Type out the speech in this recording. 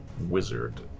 wizard